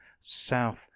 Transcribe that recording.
South